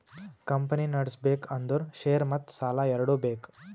company ನಡುಸ್ಬೆಕ್ ಅಂದುರ್ share ಮತ್ತ ಸಾಲಾ ಎರಡು ಬೇಕ್